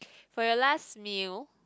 for your last meal